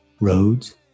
roads